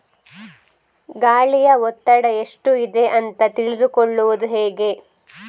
ಗಾಳಿಯ ಒತ್ತಡ ಎಷ್ಟು ಇದೆ ಅಂತ ತಿಳಿದುಕೊಳ್ಳುವುದು ಹೇಗೆ?